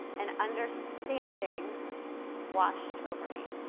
an understanding washed over me.